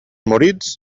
moritz